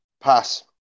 Pass